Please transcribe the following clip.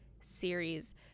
series